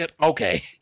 Okay